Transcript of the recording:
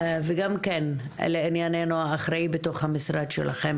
וגם כן לענייננו אחראי בתוך המשרד שלכם